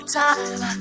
time